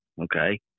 okay